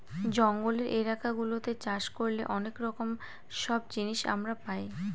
জঙ্গলের এলাকা গুলাতে চাষ করলে অনেক রকম সব জিনিস আমরা পাই